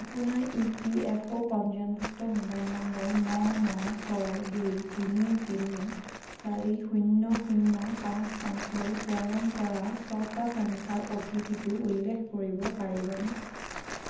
আপোনাৰ E P F O পঞ্জীয়নভুক্ত mobile number ন ন ছয় দুই তিনি তিনি চাৰি শূন্য শূন্য পাঁচ পাঁচলৈ প্ৰেৰণ কৰা ছটা সংখ্যাৰ অ'টিপিটো উল্লেখ কৰিব পাৰিবনে